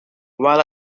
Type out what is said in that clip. while